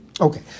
Okay